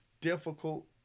difficult